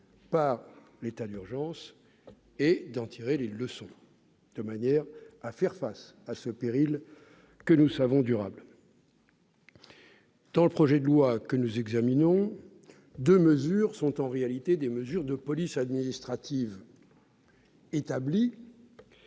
par l'état d'urgence et d'en tirer les leçons, de manière à faire face à ce péril que nous savons durable. Dans le projet de loi que nous examinons, deux mesures sont en réalité des mesures de police administrative établies,